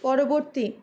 পরবর্তী